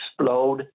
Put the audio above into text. explode